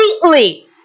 completely